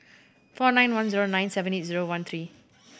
four nine one zero nine seven eight one three